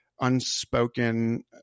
unspoken